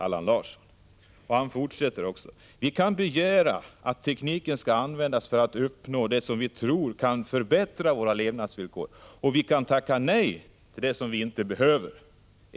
——— Vi kan begära att tekniken ska användas för att uppnå det som vi tror kan förbättra våra levnadsvillkor — och vi kan tacka nej till det som vi inte behöver.